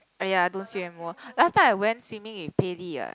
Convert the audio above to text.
!aiya! don't say anymore last time I went swimming with Pei-Li what